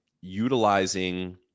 utilizing